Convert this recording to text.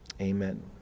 Amen